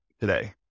today